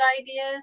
ideas